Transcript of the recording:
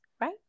right